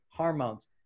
hormones